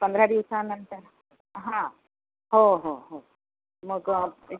पंधरा दिवसांनंतर हां हो हो हो मग एक